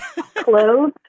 Clothes